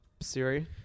Siri